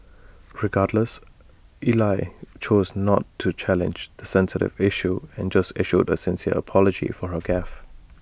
regardless Ell chose not to challenge the sensitive issue and just issued A sincere apology for her gaffe